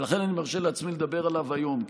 ולכן אני מרשה לעצמי לדבר עליו היום,